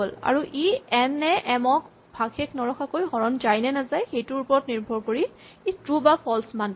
আৰু ই এন এ এম ক ভাগশেষ নৰখাকৈ হৰণ যায় নে নাযায় সেইটোৰ ওপৰত নিৰ্ভৰ কৰি ই ট্ৰো বা ফল্চ মান পাব